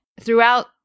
Throughout